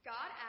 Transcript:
God